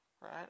right